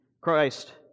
Christ